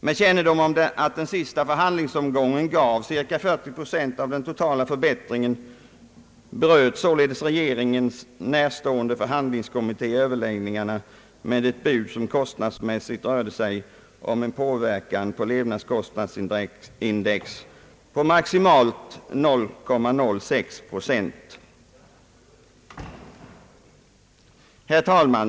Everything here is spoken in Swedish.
Med kännedom om att den sista förhandlingsomgången gav cirka 40 procent av den totala förbättringen konstaterar man således att den regeringen närstående förhandlingskommittén bröt överläggningarna med ett bud som kostnadsmässigt rörde sig om en påverkan på levnadskostnadsindex av maximalt 0,06 procent. Herr talman!